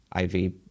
IV